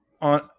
On